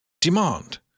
Demand